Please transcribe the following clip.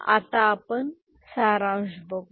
आता आपण सारांश बघूया